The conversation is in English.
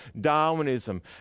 Darwinism